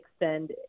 extend